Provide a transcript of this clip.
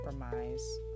compromise